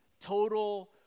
total